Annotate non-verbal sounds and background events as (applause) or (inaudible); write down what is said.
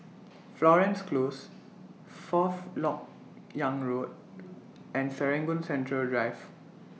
(noise) Florence Close Fourth Lok Yang Road and Serangoon Central Drive